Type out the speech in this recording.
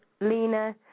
Lena